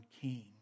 king